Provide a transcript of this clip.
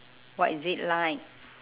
what is it like